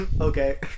okay